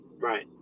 right